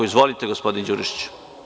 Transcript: Izvolite gospodine Đurišiću.